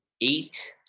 eight